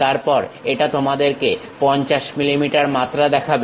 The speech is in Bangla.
তারপর এটা তোমাদেরকে 50 mm মাত্রা দেখাবে